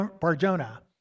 Barjona